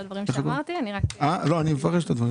אם אני רואה שהיא לוקחת הלוואות והיא לא מחזירה,